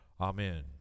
amen